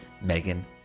Megan